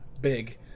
big